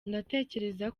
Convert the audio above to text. ndatekereza